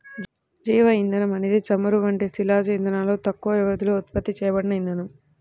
జీవ ఇంధనం అనేది చమురు వంటి శిలాజ ఇంధనాలలో తక్కువ వ్యవధిలో ఉత్పత్తి చేయబడిన ఇంధనం